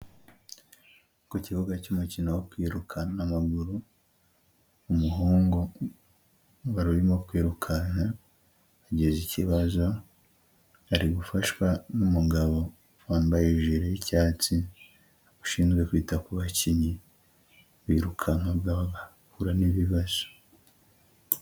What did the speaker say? Ku kibuga cy'umukino wo kwikana n'amaguru, umuhungu wari urimo kwirukanaka, agize ikibazo, ari gufashwa n'umugabo wambaye ijiri y'icyatsi ushinzwe kwita ku bakinnyi, birukankaga bagahura n'ibibazo.